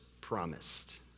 promised